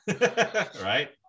Right